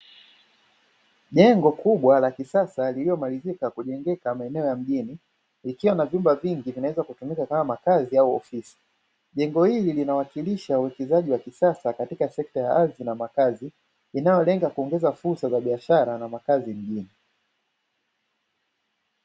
Jengo kubwa la kisasa lililo malizika kujengeka maeneo ya mjini likiwa na vyumba vingi vinaweza kutumika kama makazi au ofisi, jengo hili linawakilisha uwekezaji wa kisasa katika sekta ya ardhi na makazi inayolenga kuongeza fursa za biashara na makazi mjini.